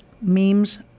memes